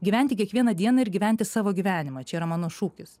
gyventi kiekvieną dieną ir gyventi savo gyvenimą čia yra mano šūkis